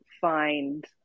find